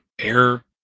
air